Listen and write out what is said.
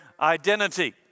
identity